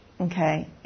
Okay